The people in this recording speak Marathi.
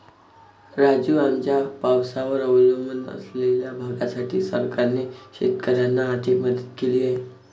राजू, आमच्या पावसावर अवलंबून असलेल्या भागासाठी सरकारने शेतकऱ्यांना आर्थिक मदत केली आहे